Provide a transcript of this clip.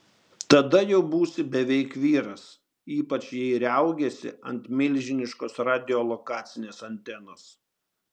tada jau būsi beveik vyras ypač jei riaugėsi ant milžiniškos radiolokacinės antenos